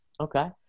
Okay